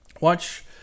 watch